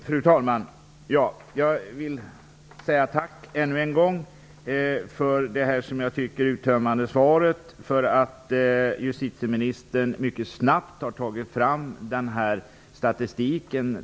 Fru talman! Jag vill ännu en gång säga tack för det uttömmande svaret och för att justitieministern mycket snabbt har tagit fram den här statistiken.